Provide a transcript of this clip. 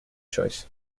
choice